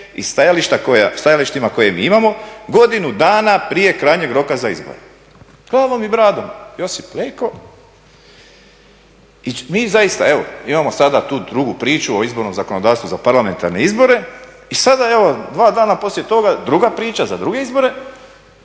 i stajalištima koje mi imamo godinu dana prije krajnjeg roka za izbore. Glavom i bradom Josip Leko. I mi zaista, evo imamo sada tu drugu priču o izbornom zakonodavstvu za parlamentarne izbore. I sada evo dva dana poslije toga druga priča za druge izbore.